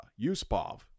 Yusupov